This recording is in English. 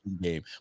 game